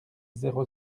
zéro